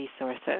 resources